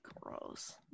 Gross